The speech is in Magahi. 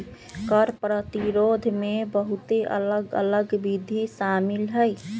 कर प्रतिरोध में बहुते अलग अल्लग विधि शामिल हइ